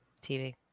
TV